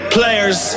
Players